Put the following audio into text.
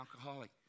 alcoholic